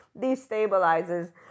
destabilizes